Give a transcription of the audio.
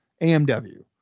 AMW